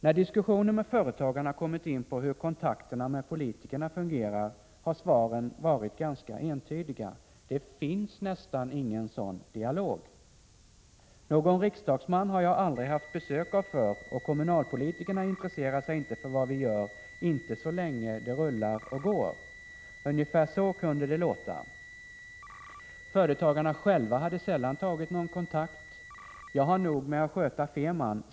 När diskussionen med företagarna kommit in på hur kontakterna med politikerna fungerar, har svaren varit ganska entydiga: Det finns nästan ingen sådan dialog. ”Någon riksdagsman har jag aldrig haft besök av förr och kommunalpolitikerna intresserar sig inte för vad vi gör, inte så länge det rullar och går.” Ungefär så kunde det låta. Företagarna själva hade sällan tagit någon kontakt. ”Jag har nog med att sköta firman.